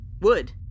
Wood